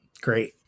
great